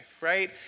right